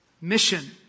mission